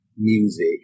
music